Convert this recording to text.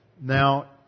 Now